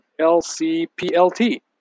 LCPLT